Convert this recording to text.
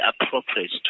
appropriate